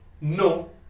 no